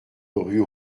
rue